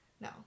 No